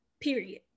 period